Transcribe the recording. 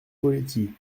poletti